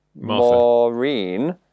Maureen